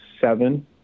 seven